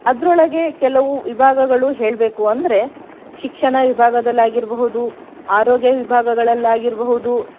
ಅದರೊಳಗೆ ಕೆಲವು ವಿಭಾಗಗಳು ಹೇಳಬೇಕು ಅಂದರೆ ಶಿಕ್ಷಣ ವಿಭಾಗದಲ್ಲಾಗಿರಬಹುದು ಆರೋಗ್ಯ ವಿಭಾಗಗಳಲ್ಲಾಗಿರಬಹುದು